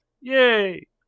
yay